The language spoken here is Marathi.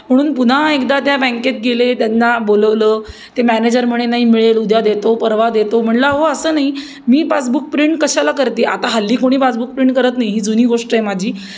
म्हणून पुन्हा एकदा त्या बँकेत गेले त्यांना बोलवलं ते मॅनेजर म्हणे नाही मिळेल उद्या देतो परवा देतो म्हणलं अहो असं नाही मी पासबुक प्रिंट कशाला करते आता हल्ली कोणी पासबुक प्रिंट करत नाही ही जुनी गोष्ट आहे माझी